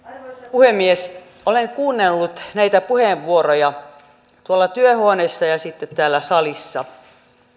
puhemies olen kuunnellut näitä puheenvuoroja tuolla työhuoneessa ja sitten täällä salissa